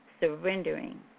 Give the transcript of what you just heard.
surrendering